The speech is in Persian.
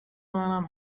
منم